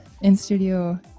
in-studio